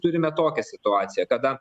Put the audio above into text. turime tokią situaciją kada